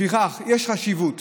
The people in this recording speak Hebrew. לפיכך, יש חשיבות